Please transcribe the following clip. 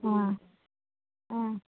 ആ ആ